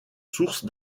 sources